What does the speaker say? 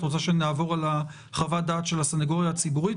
את רוצה שנעבור על חוות הדעת של הסנגוריה הציבורית?